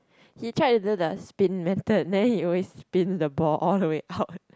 he tried to do the spin method then he always spin the ball all the way out